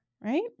right